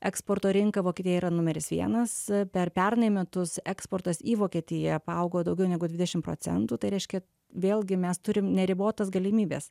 eksporto rinka vokietija yra numeris vienas per pernai metus eksportas į vokietiją paaugo daugiau negu dvidešim procentų tai reiškia vėlgi mes turim neribotas galimybes